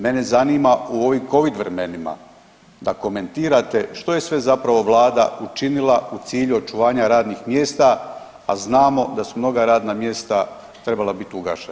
Mene zanima u ovim Covid vremenima da komentirate što je sve zapravo Vlada učinila u cilju očuvanja radnih mjesta, a znamo da su mnoga radna mjesta trebala biti ugašena.